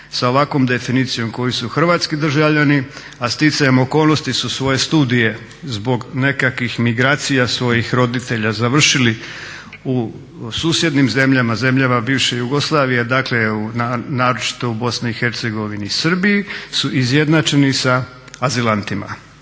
sa ovakvom definicijom koji su hrvatski državljani, a sticajem okolnosti su svoje studije zbog nekakvih migracija svojih roditelja završili u susjednim zemljama, zemljama bivše Jugoslavije. Dakle, naročito u Bosni i Hercegovini i Srbiji su izjednačeni sa azilantima